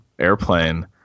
airplane